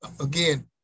Again